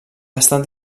estat